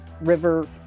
river